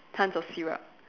tons of syrup